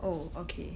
oh okay